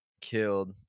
killed